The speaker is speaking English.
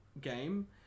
game